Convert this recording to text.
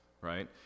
right